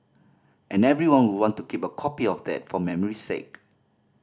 and everyone will want to keep a copy of that for memory's sake